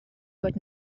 but